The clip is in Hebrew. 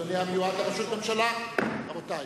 אדוני המיועד לראשות ממשלה, בבקשה.